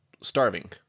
starving